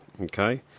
okay